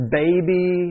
baby